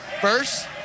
First